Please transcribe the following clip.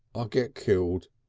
ah get killed,